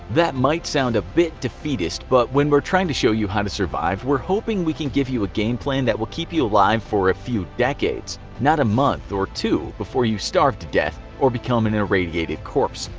that might sound a bit defeatist, but when we're trying to show you how to survive, we're hoping we can give you a game plan that will keep you alive for a few decades not a month or two before you starve to death or become an irradiated corpse.